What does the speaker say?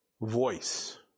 voice